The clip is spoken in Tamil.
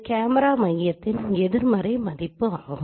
கேமரா மையத்தின் எதிர்மறை கேமரா மைய மதிப்பை உங்களுக்கு வழங்குகிறது